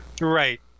Right